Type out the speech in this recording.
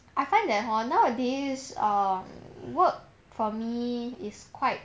I find that hor nowadays err work for me is quite